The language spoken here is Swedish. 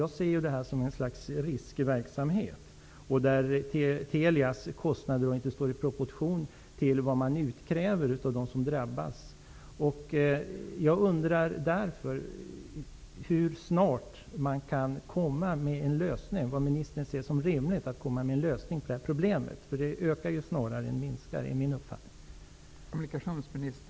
Jag ser detta som ett slags risk i verksamhet, där Telias kostnader inte står i proportion till vad som utkrävs av dem som drabbas. Jag undrar därför hur snabbt man kan komma till en lösning, vad ministern ser som rimligt. Enligt min mening ökar problemen snarare än minskar.